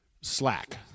Slack